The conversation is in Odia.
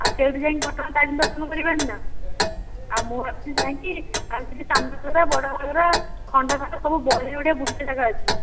ଆଉ ସେଇଠୁ ଯାଇକି ଘଟଗାଁ ତାରିଣୀ ଦର୍ଶନ କରିବାନି ନା ଆଉ ମୁଁ ଭାବିଥିଲି ଯାଇକି ଆଉ ସେଠି ଯାଇକି ସାନ ଘାଗରା ବଡ଼ ଘାଗରା ଖଣ୍ଡ ଘାଗରା ସବୁ ବଢ଼ିଆ ବଢ଼ିଆ ବୁଲିତେ ଜାଗା ଅଛି